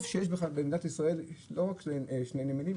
טוב שיש בכלל במדינת ישראל לא רק שני נמלים,